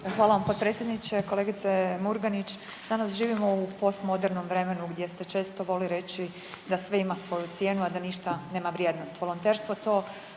Hvala potpredsjedniče. Kolegice Murganić danas živimo u postmodernom vremenu gdje se često voli reći da sve ima svoju cijenu, a da ništa nema vrijednost. Volonterstvo to